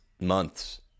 months